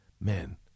Man